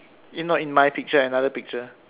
in no in my picture another picture